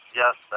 yes